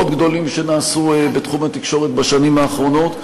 גדולים שנעשו בתחום התקשורת בשנים האחרונות.